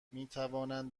میتوانند